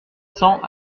cents